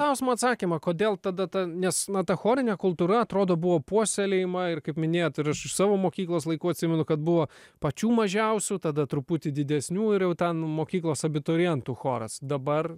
klausimo atsakymą kodėl tada nes nata chorine kultūra atrodo buvo puoselėjimą ir kaip minėjote ir iš savo mokyklos laikų atsimenu kad buvo pačių mažiausių tada truputį didesnių ir jau ten mokyklos abiturientų choras dabar